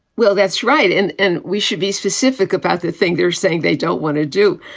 well, that's right. and and we should be specific about the thing they're saying they don't want to do.